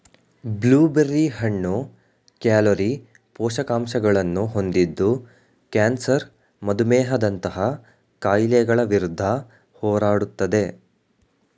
blue berry ಹಣ್ಣು calorie, ಪೋಷಕಾಂಶಗಳನ್ನು ಹೊಂದಿದ್ದು ಕ್ಯಾನ್ಸರ್ ಮಧುಮೇಹದಂತಹ ಕಾಯಿಲೆಗಳ ವಿರುದ್ಧ ಹೋರಾಡುತ್ತದೆ